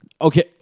Okay